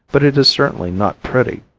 but it is certainly not pretty.